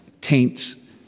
taints